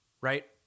right